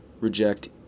reject